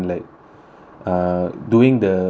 uh doing the food